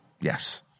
Yes